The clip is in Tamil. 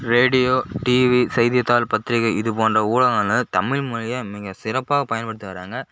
ரேடியோ டிவி செய்தித்தாள் பத்திரிக்கை இது போன்ற ஊடகங்கள்னு தமிழ் மொழியை மிகச் சிறப்பாக பயன்படுத்தி வர்றாங்க